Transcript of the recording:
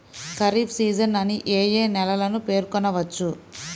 Kharif season అని ఏ ఏ నెలలను పేర్కొనవచ్చు?